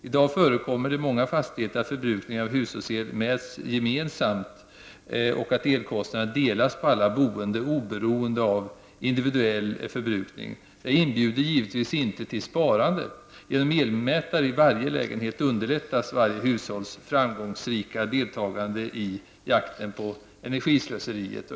I dag förekommer det i många fastigheter att förbrukningen av hushållsel mäts gemensamt och att elkostnaden delas på alla boende, oberoende av individuell förbrukning. Detta inbjuder givetvis inte till sparande. Genom elmätare i varje lägenhet underlättas varje hushålls framgångsrika deltagande i jakten på energislöseriet.